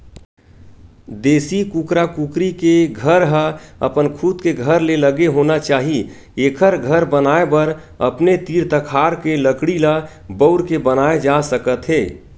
देसी कुकरा कुकरी के घर ह अपन खुद के घर ले लगे होना चाही एखर घर बनाए बर अपने तीर तखार के लकड़ी ल बउर के बनाए जा सकत हे